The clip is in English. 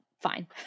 fine